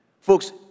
Folks